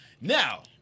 Now